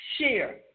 share